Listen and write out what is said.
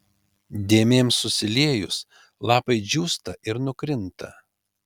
dėmėms susiliejus lapai džiūsta ir nukrinta